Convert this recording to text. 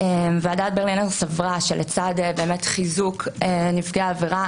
ועדת ברלינר סברה שלצד חיזוק נפגעי עבירה